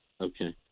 Okay